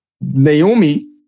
Naomi